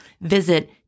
Visit